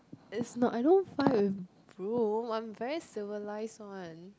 it's not I don't fly with broom I'm very civilised [one]